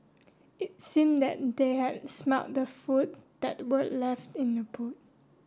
it seemed that they had smelt the food that were left in the boot